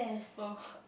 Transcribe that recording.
oh